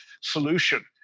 solution